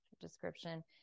description